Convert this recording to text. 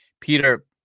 Peter